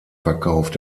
verkauft